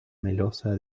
melosa